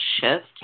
shift